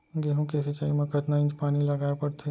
गेहूँ के सिंचाई मा कतना इंच पानी लगाए पड़थे?